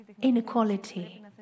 inequality